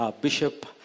Bishop